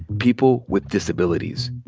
people with disabilities.